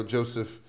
Joseph